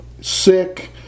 sick